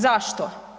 Zašto?